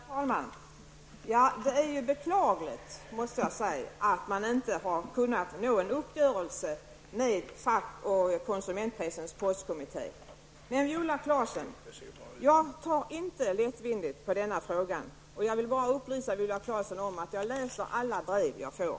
Herr talman! Det är beklagligt att man inte har kunnat nå en uppgörelse med Fack och konsumentpressens postkommitté. Men, Viola Claesson, jag tar inte lättvindigt på denna fråga. Jag vill bara upplysa Viola Claesson om att jag läser alla brev jag får.